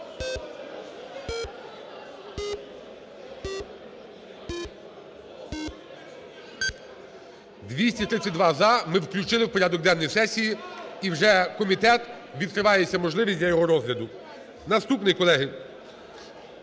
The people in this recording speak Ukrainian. За-232 Ми включили в порядок денний сесії, і вже комітету відкривається можливість для його розгляду. Наступний, колеги,